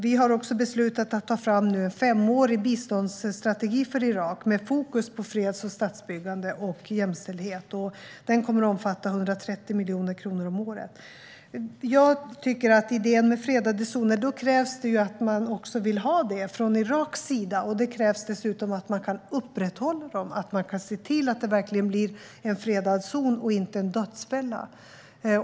Vi har beslutat att ta fram en femårig biståndsstrategi för Irak med fokus på freds och statsbyggande och jämställdhet. Den kommer att omfatta 130 miljoner kronor om året. När det gäller idén med en fredad zon krävs det att Irak vill ha detta, och det krävs dessutom att man kan upprätthålla den och se till att det verkligen blir en fredad zon och inte en dödsfälla.